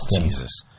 Jesus